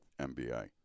MBI